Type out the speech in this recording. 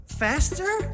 faster